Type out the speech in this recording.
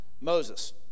Moses